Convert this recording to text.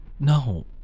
No